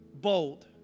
bold